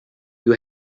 you